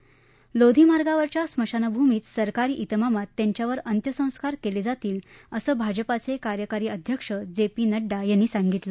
आणि लोधी मार्गावरच्या स्मशानभूमीत सरकारी ज्रेमामात त्यांच्यावर अंत्यसंस्कार केले जातील असं भाजपाचे कार्यकारी अध्यक्ष जे पी नड्डा यांनी सांगितलं